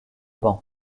banc